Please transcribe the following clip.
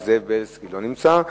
וזאב בילסקי לא נמצא.